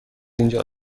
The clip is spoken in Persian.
اینجا